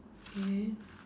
okay